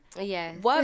Yes